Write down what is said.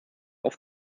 auf